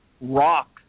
rock